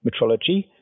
metrology